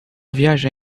viajar